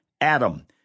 Adam